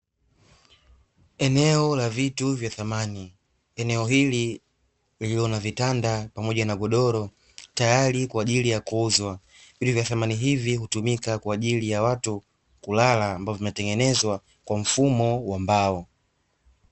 Eneo la vitu vya samani. Eneo hili lililo na vitanda pamoja na godoro tayari kwaajili ya kuuzwa. Vitu vya samani hivi hutumika kwaajili ya watu kulala amabavyo vimetengezwa kwa mfumo wa mbao.